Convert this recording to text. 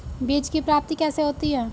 बीज की प्राप्ति कैसे होती है?